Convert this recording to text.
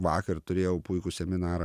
vakar turėjau puikų seminarą